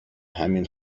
همین